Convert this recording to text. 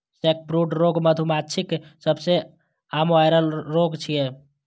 sacbrood रोग मधुमाछीक सबसं आम वायरल रोग छियै